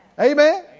Amen